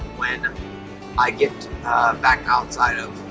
when i get back outside of a